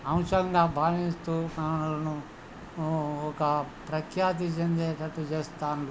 అంశంగా భావిస్తూ మనలను ఒక ప్రఖ్యాతి చెందేటట్టు చేస్తున్నారు